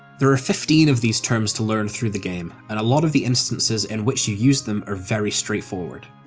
there are fifteen of these terms to learn through the game, and a lot of the instances in which you use them are very straightforward.